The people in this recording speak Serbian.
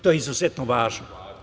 To je izuzetno važno.